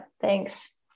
thanks